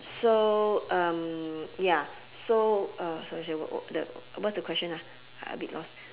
so um ya so uh sorry sorry what what the what's the question ah I a bit lost